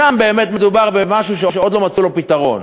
שם באמת מדובר במשהו שעוד לא מצאו לו פתרון.